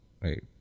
right